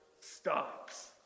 stops